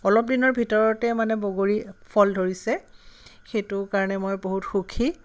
অলপ দিনৰ ভিতৰতে মানে বগৰী ফল ধৰিছে সেইটো কাৰণে মই বহুত সুখী